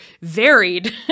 varied